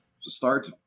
start